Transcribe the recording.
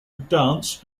dance